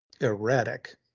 erratic